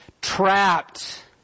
trapped